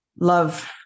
love